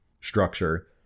structure